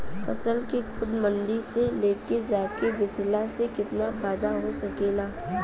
फसल के खुद मंडी में ले जाके बेचला से कितना फायदा हो सकेला?